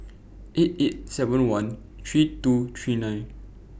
eight eight seven one three two three nine